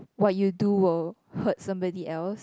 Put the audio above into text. what you do will hurt somebody else